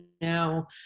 now